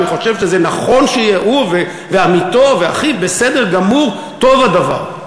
אני חושב שהוא ועמיתו ואחיו, בסדר גמור, טוב הדבר.